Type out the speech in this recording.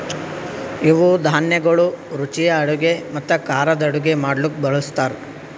ಇವು ಧಾನ್ಯಗೊಳ್ ರುಚಿಯ ಅಡುಗೆ ಮತ್ತ ಖಾರದ್ ಅಡುಗೆ ಮಾಡ್ಲುಕ್ ಬಳ್ಸತಾರ್